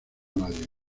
nadie